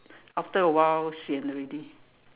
after a while sian already